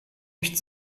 nicht